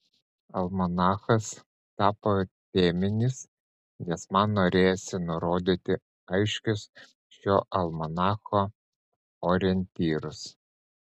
almanachas tapo teminis nes man norėjosi nurodyti aiškius šio almanacho orientyrus